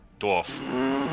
dwarf